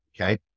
okay